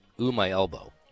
ooh-my-elbow